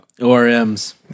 ORMs